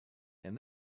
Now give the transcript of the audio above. and